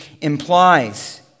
implies